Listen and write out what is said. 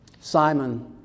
Simon